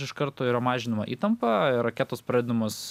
iš karto yra mažinama įtampa ir raketos pradedamos